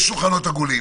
יש שולחנות עגולים?